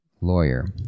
lawyer